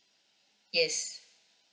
yes